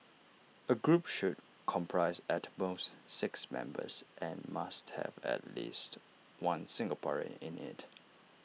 A group should comprise at most six members and must have at least one Singaporean in IT